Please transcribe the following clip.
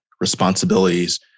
responsibilities